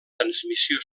transmissió